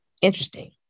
interesting